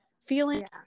feeling